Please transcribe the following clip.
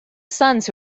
sons